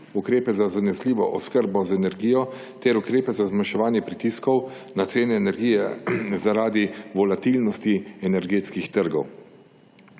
ukrepe za zanesljivo oskrbo z energijo ter ukrepe za zmanjševanje pritiskov na cene energije zaradi volatilnosti energetskih trgov.